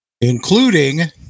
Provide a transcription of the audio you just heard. including